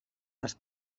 dels